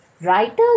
Writer's